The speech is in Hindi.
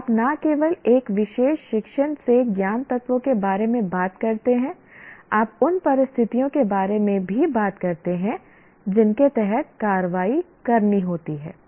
तो आप न केवल एक विशेष शिक्षण से ज्ञान तत्वों के बारे में बात करते हैं आप उन परिस्थितियों के बारे में भी बात करते हैं जिनके तहत कार्रवाई करनी होती है